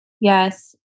Yes